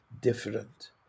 different